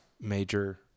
major